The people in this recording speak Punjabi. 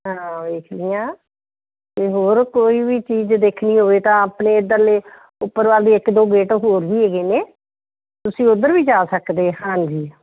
ਹਾਂ ਵੇਖਲੀਆਂ ਅਤੇ ਹੋਰ ਕੋਈ ਵੀ ਚੀਜ਼ ਦੇਖਣੀ ਹੋਵੇ ਤਾਂ ਆਪਣੇ ਇੱਧਰਲੇ ਉਪਰ ਵੱਲ ਦੀ ਇੱਕ ਦੋ ਗੇਟ ਹੋਰ ਵੀ ਹੈਗੇ ਨੇ ਤੁਸੀਂ ਉੱਧਰ ਵੀ ਜਾ ਸਕਦੇ ਹਾਂਜੀ